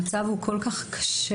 המצב הוא כל כך קשה,